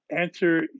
answer